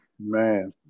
Man